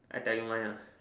I tell you mine lah